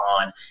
on